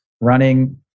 running